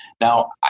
now